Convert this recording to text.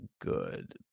good